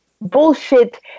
bullshit